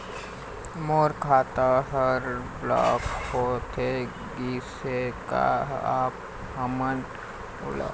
मोर खाता हर ब्लॉक होथे गिस हे, का आप हमन ओला फिर से चालू कर सकत हावे?